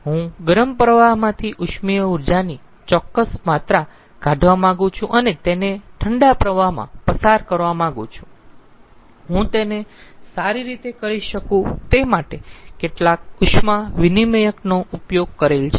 તેથી હું ગરમ પ્રવાહમાંથી ઉષ્મીય ઊર્જાની ચોક્કસ માત્રા કાઢવા માંગું છું અને તેને ઠંડા પ્રવાહમાં પસાર કરવા માંગું છુંહું તેને સારી રીતે કરી શકું તે માટે કેટલાક ઉષ્મા વિનીમયકનો ઉપયોગ કરેલ છે